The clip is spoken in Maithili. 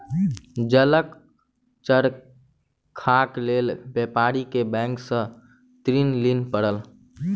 जलक चरखाक लेल व्यापारी के बैंक सॅ ऋण लिअ पड़ल